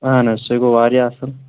اَہَن حظ سُہ گوٚو واریاہ اصٕل